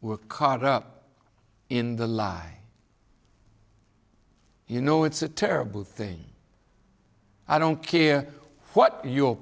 were caught up in the lie you know it's a terrible thing i don't care what your